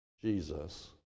Jesus